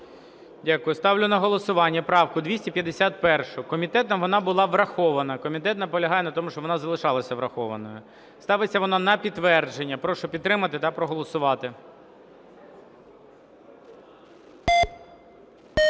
Дякую. Ставлю на голосування правку 251. Комітетом вона була врахована. Комітет наполягає на тому, щоб вона залишалася врахованою. Ставиться вона на підтвердження. Прошу підтримати та проголосувати.